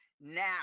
now